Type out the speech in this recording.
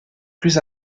plus